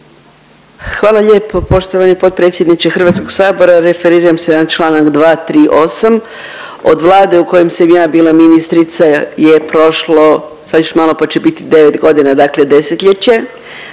Hvala lijepo poštovani potpredsjedniče HS, referiram se na čl. 238., od Vlade u kojoj sam ja bila ministrica je prošlo sad još malo pa će biti 9.g., dakle 10-ljeće,